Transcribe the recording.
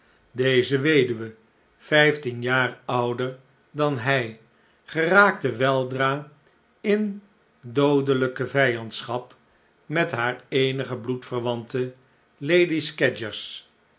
deze weduwe vijftien jaar ouder dan hij geraakte weldra in doodelijke vijandschap met haar eenige